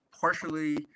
partially